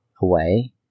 away